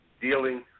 dealing